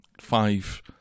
five